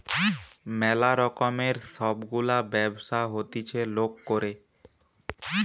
ম্যালা রকমের সব গুলা ব্যবসা হতিছে লোক করে